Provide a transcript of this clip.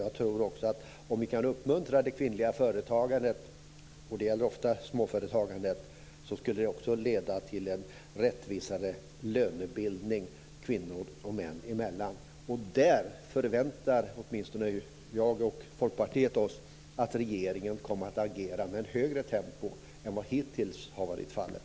Jag tror att det, om vi kan uppmuntra det kvinnliga företagandet - det gäller ofta småföretagandet - skulle leda till en rättvisare lönebildning kvinnor och män emellan. Där förväntar åtminstone jag och Folkpartiet oss att regeringen kommer att agera med ett högre tempo än vad som hittills har varit fallet.